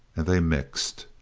and they mixed.